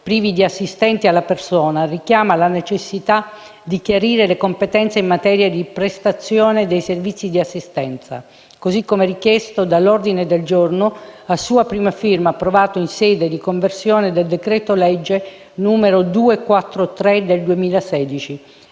privi di assistenti alla persona, richiama la necessità di chiarire le competenze in materia di prestazione dei servizi di assistenza, così come richiesto dall'ordine del giorno a sua prima firma approvato in sede di conversione del decreto-legge n. 243 del 2016